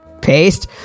Paste